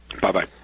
Bye-bye